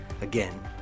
Again